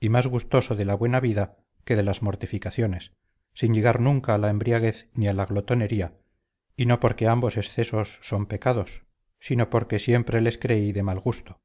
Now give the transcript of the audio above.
y más gustoso de la buena vida que de las mortificaciones sin llegar nunca a la embriaguez ni a la glotonería y no porque ambos excesos son pecados sino porque siempre les creí de mal gusto